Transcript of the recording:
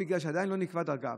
בגלל שעדיין לא נקבעה דרגה.